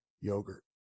yogurt